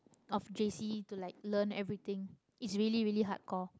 of J_C to like learn everything it's really really hardcore